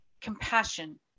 compassion